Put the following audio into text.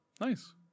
Nice